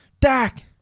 Dak